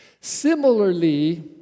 Similarly